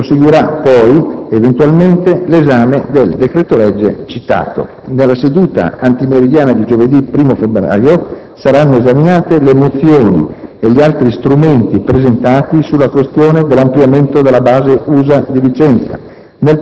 Proseguirà poi, eventualmente, l'esame del decreto-legge citato. Nella seduta antimeridiana di giovedì 1° febbraio saranno esaminate le mozioni e gli altri strumenti presentati sulla questione dell'ampliamento della base USA di Vicenza.